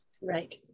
Right